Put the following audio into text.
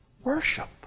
worship